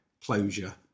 closure